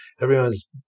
everyone's